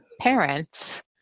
parents